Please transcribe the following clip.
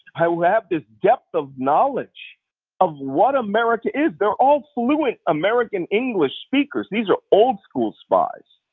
who have this depth of knowledge of what america is, they're all fluent american english speakers. these are old school spies.